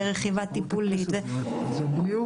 לרכיבה טיפולית וכולי.